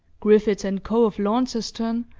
griffiths and co, of launceston,